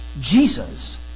Jesus